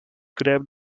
grab